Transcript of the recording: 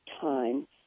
time